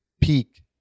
peak